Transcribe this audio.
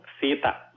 Sita